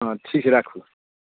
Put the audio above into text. हँ ठीक छै राखू